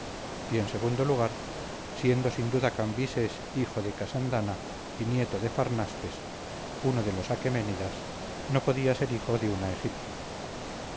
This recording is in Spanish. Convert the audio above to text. y en segundo lugar siendo sin duda cambises hijo de casandana y nieto de farnaspes uno de los aquemenidas no podía ser hijo de una